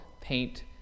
paint